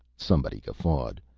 somebody guffawed.